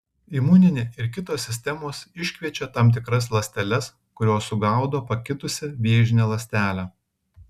imuninė ir kitos sistemos iškviečia tam tikras ląsteles kurios sugaudo pakitusią vėžinę ląstelę